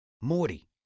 Morty